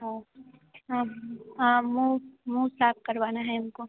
हाँ हाँ हाँ मुँह मुँह साफ़ करवाना है हम को